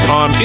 on